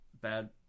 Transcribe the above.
bad